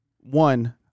one